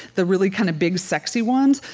the really kind of big sexy ones,